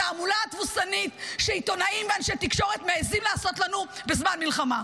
התעמולה התבוסתנית שעיתונאים ואנשי תקשורת מעיזים לעשות לנו בזמן מלחמה.